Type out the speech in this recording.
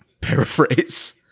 paraphrase